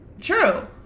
True